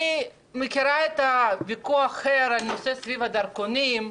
אני מכירה את הוויכוח הער סביב נושא הדרכונים,